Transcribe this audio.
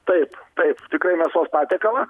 taip taip tikrai mėsos patiekalą